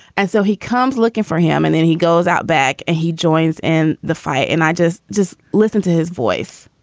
and so he comes looking for him and then he goes out back and he joins in the fight and i just just listen to his voice